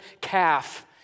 calf